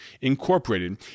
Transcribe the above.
Incorporated